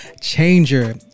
changer